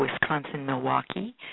Wisconsin-Milwaukee